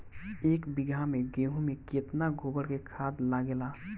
एक बीगहा गेहूं में केतना गोबर के खाद लागेला?